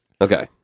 Okay